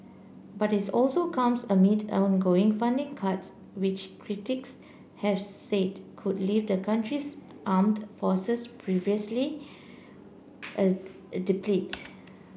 but it also comes amid ongoing funding cuts which critics have said could leave the country's armed forces perilously depleted